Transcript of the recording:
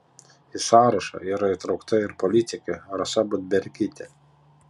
į sąrašą yra įtraukta ir politikė rasa budbergytė